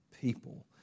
people